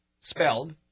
spelled